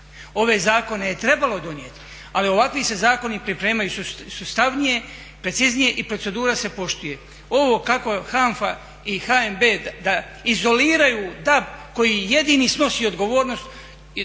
Ove zakone je trebalo donijeti ali ovakvi se zakoni pripremaju sustavnije, preciznije i procedura se poštuje. Ovo kako HANFA i HNB izoliraju DAB koji je jedini snosi odgovornost